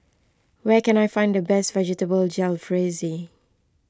where can I find the best Vegetable Jalfrezi